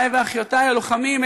אחיי ואחיותיי הלוחמים,